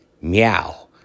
Meow